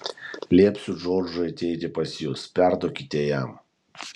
liepsiu džordžui ateiti pas jus perduokite jam